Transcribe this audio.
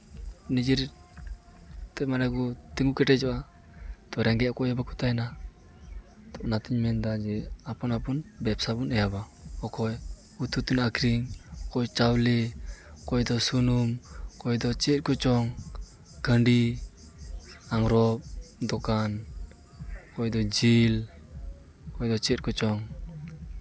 ᱱᱤᱡᱮᱨ ᱛᱮ ᱢᱟᱱᱮ ᱠᱚ ᱛᱤᱸᱜᱩ ᱠᱮᱴᱮᱡᱚᱜᱼᱟ ᱛᱚᱵᱮ ᱨᱮᱸᱜᱮᱡ ᱚᱠᱚᱭ ᱦᱚᱸ ᱵᱟᱠᱚ ᱛᱟᱦᱮᱱᱟ ᱚᱱᱟᱛᱤᱧ ᱢᱮᱱᱫᱟ ᱡᱮ ᱟᱯᱟᱱ ᱟᱹᱯᱤᱱ ᱵᱮᱵᱽᱥᱟ ᱵᱚᱱ ᱮᱦᱚᱵᱟ ᱚᱠᱚᱭ ᱩᱛᱩ ᱛᱮᱱᱟᱜ ᱟᱹᱠᱷᱨᱤᱧ ᱚᱠᱚᱭ ᱪᱟᱣᱞᱮ ᱚᱠᱚᱭ ᱫᱚ ᱥᱩᱱᱩᱢ ᱚᱠᱚᱭ ᱫᱚ ᱪᱮᱫ ᱠᱚᱪᱚᱝ ᱠᱷᱟᱺᱰᱤ ᱟᱝᱨᱚᱵᱽ ᱫᱚᱠᱟᱱ ᱚᱠᱚᱭ ᱫᱚ ᱡᱤᱞ ᱚᱠᱚᱭ ᱫᱚ ᱪᱮᱫ ᱠᱚᱪᱚᱝ